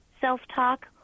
self-talk